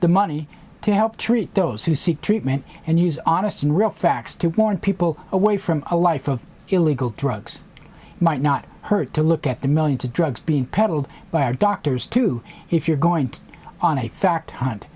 the money to help treat those who seek treatment and use honest and real facts to warn people away from a life of illegal drugs might not hurt to look at the million to drugs being peddled by our doctors too if you're going to on a fact hunt